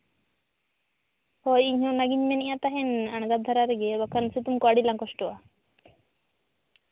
ᱦᱳᱭ ᱤᱧ ᱦᱚᱸ ᱚᱱᱟᱜᱤᱧ ᱢᱮᱱᱮᱜ ᱛᱟᱦᱮᱱ ᱟᱬᱜᱟᱛ ᱫᱷᱟᱨᱟ ᱨᱮᱜᱮ ᱵᱟᱝᱠᱷᱟᱱ ᱥᱮᱛᱳᱝ ᱠᱚ ᱟᱹᱰᱤ ᱞᱟᱝ ᱠᱚᱥᱴᱚᱜᱼᱟ